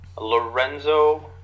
Lorenzo